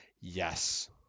Yes